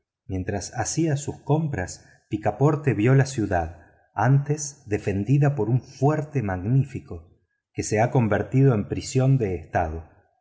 mientras hacía sus compras picaporte vio la ciudad antes defendida por un fuerte magnífico que se ha convertido en prisión de estado